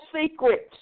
secrets